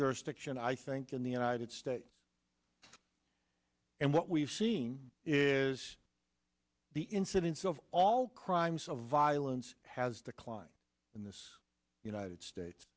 jurisdiction i think in the united states and what we've seen is the incidence of all crimes of violence has declined in this united states